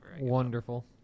Wonderful